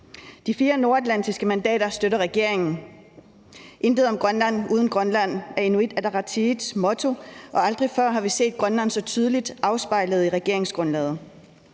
De fire nordatlantiske mandater støtter regeringen. »Intet om Grønland, uden Grønland« er Inuit Ataqatigiits motto, og aldrig før har vi set Grønland så tydeligt afspejlet i regeringsgrundlaget.